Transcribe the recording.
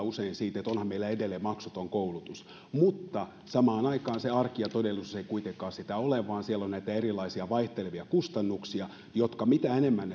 usein siitä että onhan meillä edelleen maksuton koulutus niin samaan aikaan se arki ja todellisuus ei kuitenkaan sitä ole vaan siellä on näitä erilaisia vaihtelevia kustannuksia ja mitä enemmän